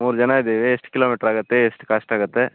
ಮೂರು ಜನ ಇದ್ದೀವಿ ಎಷ್ಟು ಕಿಲೋಮೀಟ್ರ್ ಆಗತ್ತೆ ಎಷ್ಟು ಕಾಸ್ಟ್ ಆಗುತ್ತೆ